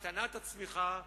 הקטנת הצמיחה,